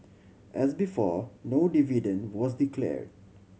as before no dividend was declared